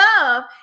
love